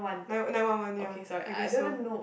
nine nine one one ya I guess so